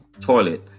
toilet